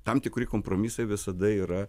tam tikri kompromisai visada yra